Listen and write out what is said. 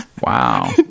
Wow